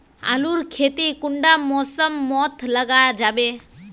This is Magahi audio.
आलूर खेती कुंडा मौसम मोत लगा जाबे?